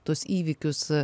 tuos įvykius